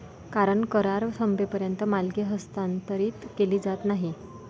कारण करार संपेपर्यंत मालकी हस्तांतरित केली जात नाही